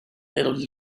little